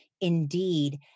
Indeed